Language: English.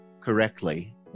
correctly